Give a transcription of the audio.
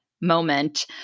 moment